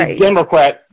Democrat